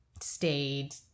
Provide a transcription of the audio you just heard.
stayed